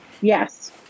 Yes